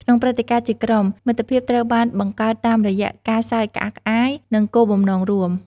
ក្នុងព្រឹត្តិការណ៍ជាក្រុម មិត្តភាពត្រូវបានបង្កើតតាមរយៈការសើចក្អាកក្អាយ និងគោលបំណងរួម។